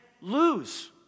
lose